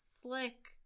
slick